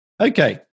Okay